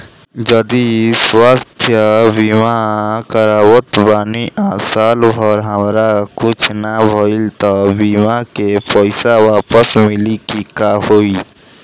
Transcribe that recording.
जदि स्वास्थ्य बीमा करावत बानी आ साल भर हमरा कुछ ना भइल त बीमा के पईसा वापस मिली की का होई?